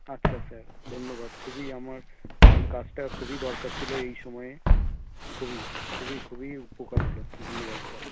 আচ্ছা স্যার ধন্যবাদ খুবই আমার এই কাজটা খুবই দরকার ছিল এই সময়ে খুবই খুবই খুবই উপকার হল ধন্যবাদ স্যার